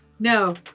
No